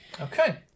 okay